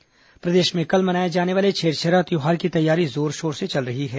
छेरछेरा पर्व प्रदेश में कल मनाए जाने वाले छेरछेरा त्यौहार की तैयारी जोरशोर से चल रही है